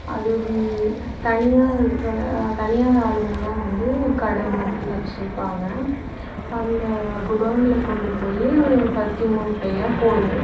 அது தனியா தனியார் ஆளுங்களாம் வந்து கடை மாதிரி வச்சுப்பாங்க அந்த குடோனில் கொண்டு போய் பருத்தி மூட்டையை போடுவோம்